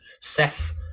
Seth